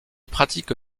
pratique